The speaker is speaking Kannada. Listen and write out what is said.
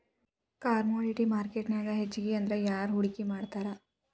ಕಾಮೊಡಿಟಿ ಮಾರ್ಕೆಟ್ನ್ಯಾಗ್ ಹೆಚ್ಗಿಅಂದ್ರ ಯಾರ್ ಹೂಡ್ಕಿ ಮಾಡ್ತಾರ?